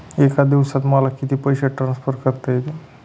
एका दिवसात मला किती पैसे ट्रान्सफर करता येतील?